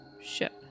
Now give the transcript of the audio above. ship